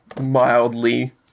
mildly